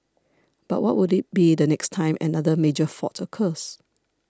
but what would it be the next time another major fault occurs